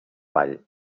ball